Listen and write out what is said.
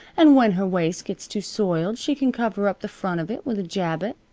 an' when her waist gets too soiled she can cover up the front of it with a jabot,